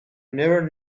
never